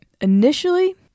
initially